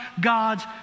God's